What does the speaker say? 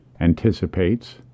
anticipates